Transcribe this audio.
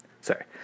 sorry